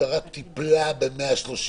המשטרה טיפלה ב-139.